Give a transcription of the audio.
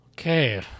Okay